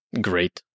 Great